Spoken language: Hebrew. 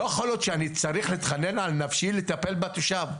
לא יכול להיות שאני צריך להתחנן על נפשי לטפל בתושב,